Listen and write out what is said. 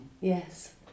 Yes